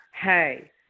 hey